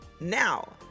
Now